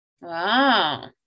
Wow